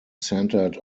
centered